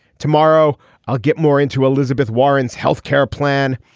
tomorrow i'll get more into elizabeth warren's health care plan.